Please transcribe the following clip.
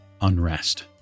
unrest